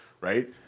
right